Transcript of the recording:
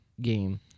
game